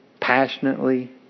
Passionately